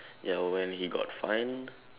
ya when he got fined